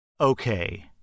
Okay